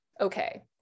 okay